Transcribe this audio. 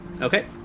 Okay